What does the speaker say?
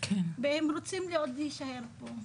והן רוצות מאוד להישאר פה.